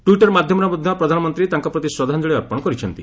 Twitter ମାଧ୍ୟମରେ ମଧ୍ୟ ପ୍ରଧାନମନ୍ତ୍ରୀ ତାଙ୍କ ପ୍ରତି ଶ୍ରଦ୍ଧାଞ୍ଜଳି ଅର୍ପଣ କରିଛନ୍ତି